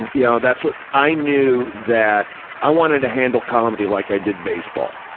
and yeah that's what i knew that i wanted to handle comedy like i did baseball.